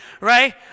right